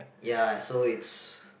ya so it's